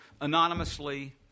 anonymously